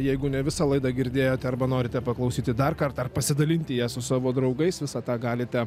jeigu ne visą laidą girdėjote arba norite paklausyti dar kartą ar pasidalinti ja su savo draugais visą tą galite